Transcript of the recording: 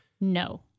No